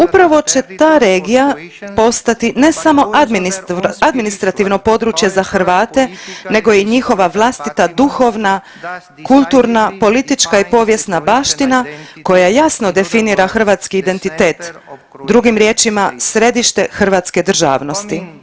Upravo će ta regija postati ne samo administrativno područje za Hrvate nego i njihova vlastita duhovna, kulturna, politička i povijesna baština koja jasno definira hrvatski identitet, drugim riječima središte hrvatske državnosti.